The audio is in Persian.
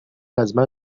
ازمن